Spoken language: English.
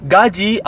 Gaji